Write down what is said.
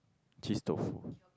cheese tofu